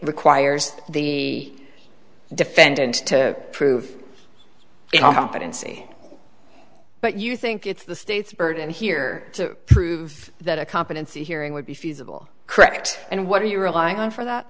requires the defendant to prove it i'm confident see but you think it's the state's burden here to prove that a competency hearing would be feasible correct and what are you relying on for that